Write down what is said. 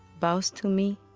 bows to me.